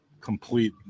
complete